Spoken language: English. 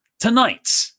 Tonight